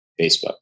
Facebook